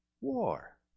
war